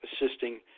assisting